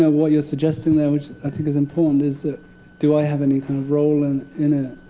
what you're suggesting, there which i think is important is, ah do i have any role and in it?